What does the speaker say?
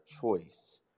choice